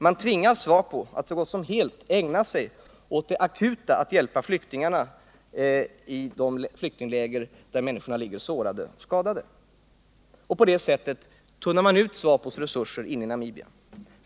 Man tvingar SWAPO att så gott som helt ägna sig åt den akuta nödvändigheten att hjälpa människorna i de flyktingläger där de ligger sårade och skadade. På det sättet tunnar man ut SWAPO:s resurser inne i Namibia.